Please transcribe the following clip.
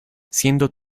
siendo